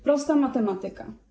Prosta matematyka.